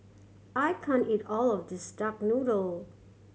I can't eat all of this duck noodle